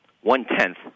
one-tenth